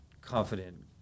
confident